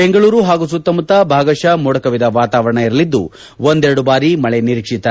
ಬೆಂಗಳೂರು ಹಾಗೂ ಸುತ್ತಮುತ್ತ ಭಾಗಶಃ ಮೋಡ ಕವಿದ ವಾತಾವರಣ ಇರಲಿದ್ದು ಒಂದೆರಡು ಬಾರಿ ಮಳೆ ನಿರೀಕ್ಷಿತ